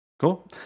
Cool